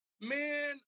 Man